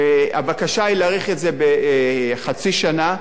הבקשה היא להאריך את זה בחצי שנה,